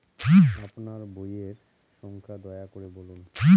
আপনার বইয়ের সংখ্যা দয়া করে বলুন?